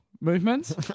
movements